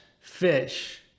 fish